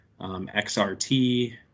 XRT